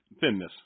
thinness